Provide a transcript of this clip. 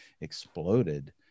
exploded